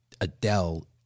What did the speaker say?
Adele